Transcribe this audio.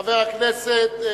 חברי הכנסת,